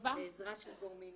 מקווה -- בעזרה של גורמים